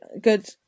good